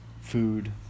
food